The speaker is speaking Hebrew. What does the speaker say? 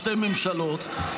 בשתי ממשלות,